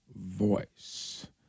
voice